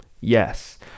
yes